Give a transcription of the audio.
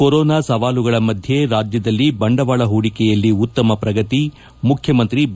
corona ಸವಾಲುಗಳ ಮಧ್ಯೆ ರಾಜ್ಯದಲ್ಲಿ ಬಂಡವಾಳ ಹೂಡಿಕೆಯಲ್ಲಿ ಉತ್ತಮ ಪ್ರಗತಿ ಮುಖ್ಯಮಂತ್ರಿ ಬಿ